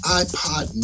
iPod